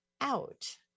out